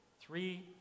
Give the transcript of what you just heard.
Three